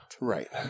Right